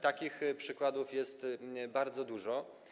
Takich przykładów jest bardzo dużo.